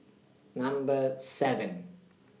Number seven